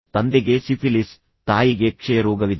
ತಂದೆಗೆ ಸಿಫಿಲಿಸ್ ತಾಯಿಗೆ ಕ್ಷಯರೋಗವಿದೆ